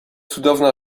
cudowna